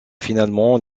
finalement